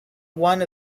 one